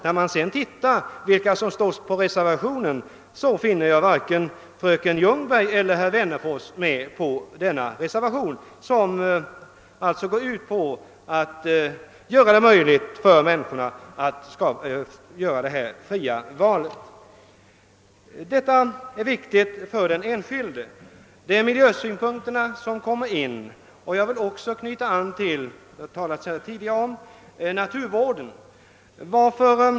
När jag läser reservationen finner jag nämligen att varken fröken Ljungberg eller herr Wennerfors står antecknade på denna — en reservation som går ut på att möjliggöra detta fria val för människorna. Det är viktigt för den enskilde att ett fritt val kan göras, och miljösynpunkterna kommer in i bilden. Jag vill knyta an till vad som tidigare sagts om miljövården.